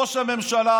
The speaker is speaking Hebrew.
ראש הממשלה,